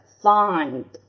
find